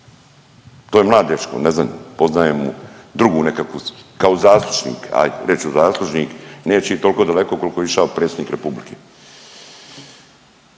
To je mlad dečko, ne znam, poznajem mu drugu nekakvu, kao zaslužnik, ajde, reći ću zaslužnik, neću ići toliko daleko koliko je predsjednik Republike.